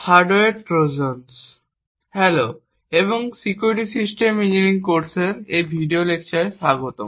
hello এবং secure system engineering কোর্সের এই ভিডিও লেকচারে স্বাগতম